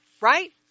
right